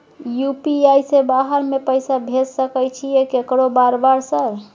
UPI से बाहर में पैसा भेज सकय छीयै केकरो बार बार सर?